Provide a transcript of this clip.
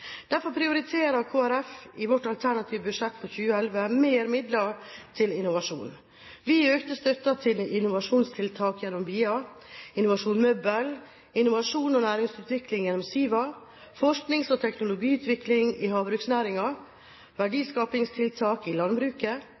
Derfor prioriterer Kristelig Folkeparti i sitt alternative budsjett for 2011 mer midler til innovasjon. Vi økte støtten til innovasjonstiltak gjennom BIA, Innovasjon Møbel, til innovasjon og næringsutvikling gjennom SIVA, forsknings- og teknologiutvikling i havbruksnæringen, verdiskapingstiltak i landbruket,